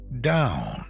down